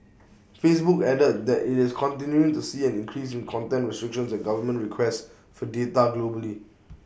Facebook added that IT is continuing to see an increase in content restrictions and government requests for data globally